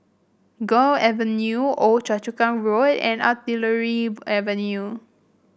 Gul Avenue Old Choa Chu Kang Road and Artillery Avenue